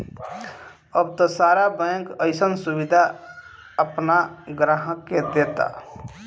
अब त सारा बैंक अइसन सुबिधा आपना ग्राहक के देता